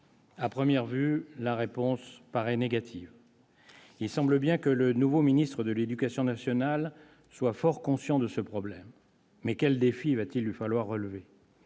À première vue, la réponse paraît négative. Il semble bien que le nouveau ministre de l'éducation nationale soit fort conscient de ce problème, mais quel défi va-t-il lui falloir relever !